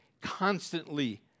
constantly